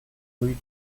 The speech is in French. rue